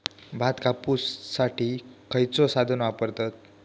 भात कापुसाठी खैयचो साधन वापरतत?